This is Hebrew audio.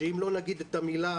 שאם לא נגיד את המלה,